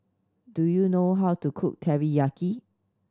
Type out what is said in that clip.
do you know how to cook Teriyaki